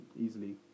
Easily